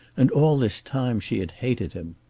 and all this time she had hated him.